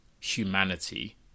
humanity